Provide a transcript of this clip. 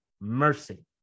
mercy